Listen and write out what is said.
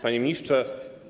Panie Ministrze!